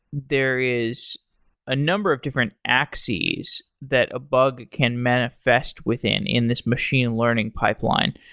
there is a number of different axes that a bug can manifest within in this machine learning pipeline.